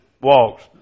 walks